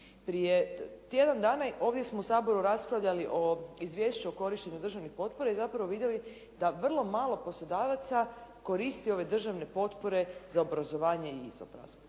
Prije tjedan dana ovdje smo u Saboru raspravljali o izvješću o korištenju državne potpore i zapravo vidjeli da vrlo malo poslodavaca koristi ove državne potpore za obrazovanje i izobrazbu.